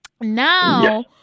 Now